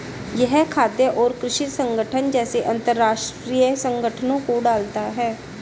यह खाद्य और कृषि संगठन जैसे अंतरराष्ट्रीय संगठनों को डालता है